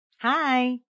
Hi